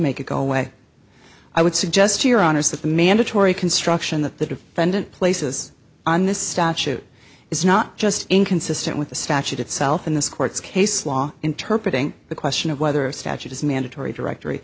make it go away i would suggest to your honor's that the mandatory construction that the defendant places on this statute is not just inconsistent with the statute itself in this court's case law interpret ing the question of whether a statute is mandatory directory